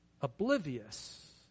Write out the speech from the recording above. oblivious